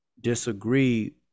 disagree